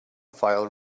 file